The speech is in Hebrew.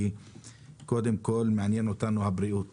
כי קודם כל מעניינת אותנו בריאות